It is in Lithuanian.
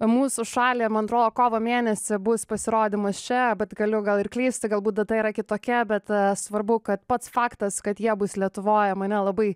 mūsų šalį man atrodo kovo mėnesį bus pasirodymas čia bet galiu gal ir klysti galbūt data yra kitokia bet svarbu kad pats faktas kad jie bus lietuvoj mane labai